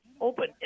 open